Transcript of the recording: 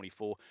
24